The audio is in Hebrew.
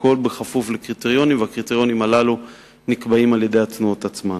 הכול לפי קריטריונים שנקבעים על-ידי התנועות עצמן.